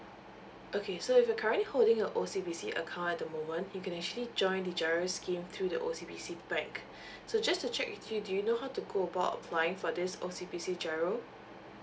okay so if you're currently holding a O C B C account at the moment you can actually join the giro scheme through the O C B C bank so just to check with you do you know how to go about applying for this O C B C giro